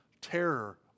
terror